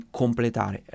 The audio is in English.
completare